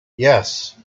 yes